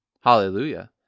Hallelujah